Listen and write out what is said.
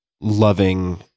loving